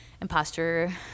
imposter